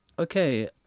Okay